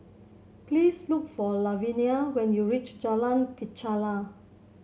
please look for Lavinia when you reach Jalan Pacheli